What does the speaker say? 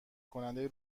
کننده